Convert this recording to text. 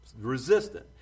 Resistant